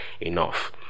enough